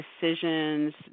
Decisions